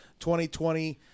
2020